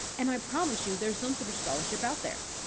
and i promise you there's some sort of scholarship out there.